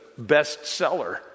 bestseller